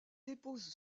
dépose